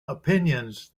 opinions